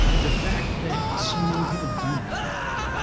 the fact that so many people do know about this,